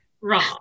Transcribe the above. wrong